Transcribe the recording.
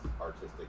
artistic